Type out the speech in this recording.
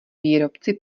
výrobci